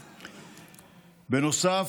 בנוסף,